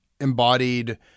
embodied